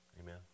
Amen